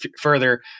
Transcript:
further